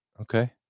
Okay